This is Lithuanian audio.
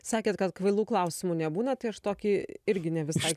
sakėt kad kvailų klausimų nebūna tai aš tokį irgi ne visai